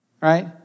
Right